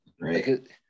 Right